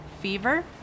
Fever